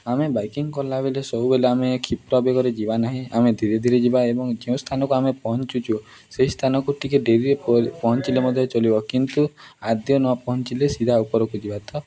ଆମେ ବାଇକିଂ କଲାବେେଲେ ସବୁବେଲେ ଆମେ କ୍ଷିପ୍ର ବେଗରେ ଯିବା ନାହିଁ ଆମେ ଧୀରେ ଧୀରେ ଯିବା ଏବଂ ଯେଉଁ ସ୍ଥାନକୁ ଆମେ ପହଞ୍ଚୁଛୁ ସେହି ସ୍ଥାନକୁ ଟିକିଏ ଡେରିରେ ପହଞ୍ଚିଲେ ମଧ୍ୟ ଚଳିବ କିନ୍ତୁ ଆଦ୍ୟ ନ ପହଞ୍ଚିଲେ ସିଧା ଉପରକୁ ଯିବା ତ